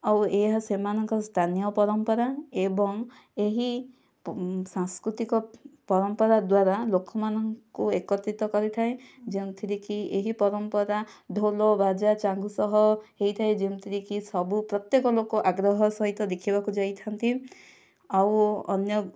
ଆଉ ଏହା ସେମାନଙ୍କ ସ୍ଥାନୀୟ ପରମ୍ପରା ଏବଂ ଏହି ସାଂସ୍କୃତିକ ପରମ୍ପରା ଦ୍ୱାରା ଲୋକମାନଙ୍କୁ ଏକତ୍ରିତ କରିଥାଏ ଯେଉଁଥିରେ କି ଏହି ପରମ୍ପରା ଢୋଲ ବାଜା ଚାଙ୍ଗୁ ସହ ହୋଇଥାଏ ଯେଉଁଥିରେ କି ସବୁ ପ୍ରତ୍ୟେକ ଲୋକ ଆଗ୍ରହ ସହ ଦେଖିବାକୁ ଯାଇଥାନ୍ତି ଆଉ ଅନ୍ୟ